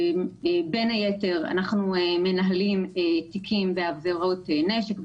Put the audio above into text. בין היתר אנחנו מנהלים תיקים בעבירות נשק,